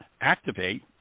activate